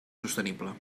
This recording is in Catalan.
sostenible